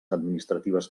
administratives